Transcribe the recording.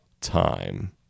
time